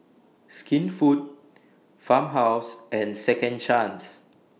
Skinfood Farmhouse and Second Chance